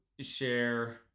share